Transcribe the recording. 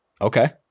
Okay